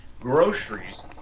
groceries